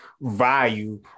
value